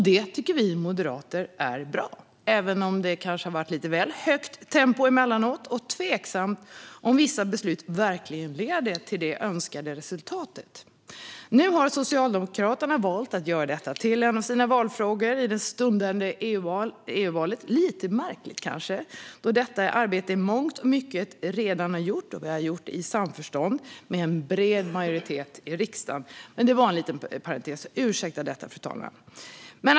Det tycker vi moderater är bra, även om det kanske har varit lite väl högt tempo emellanåt och tveksamt om vissa beslut verkligen leder till det önskade resultatet. Nu har Socialdemokraterna valt att göra detta till en av sina valfrågor i det stundande EU-valet. Det är kanske lite märkligt, då detta arbete i mångt och mycket redan är gjort. Vi har gjort det i samförstånd och med en bred majoritet i riksdagen. Det var en liten parentes. Ursäkta detta, fru talman!